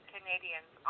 Canadians